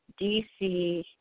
DC